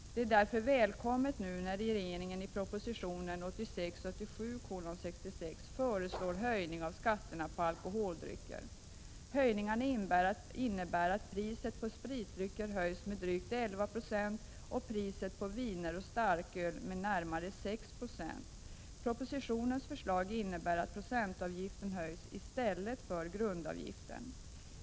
Det är därför välkommet när nu regeringen i proposition 1986/87:66 föreslår höjning av skatterna på alkoholdrycker. Höjningarna innebär att priset på spritdrycker höjs med drygt 11 90 och priset på viner och starköl med närmare 6 Ze. Propositionens förslag innebär att procentavgiften höjs i stället för grundavgiften.